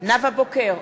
נאוה בוקר,